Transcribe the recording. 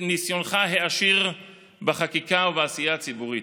ניסיונך העשיר בחקיקה ובעשייה הציבורית.